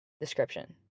description